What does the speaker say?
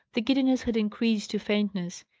the giddiness had increased to faintness,